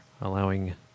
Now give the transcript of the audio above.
allowing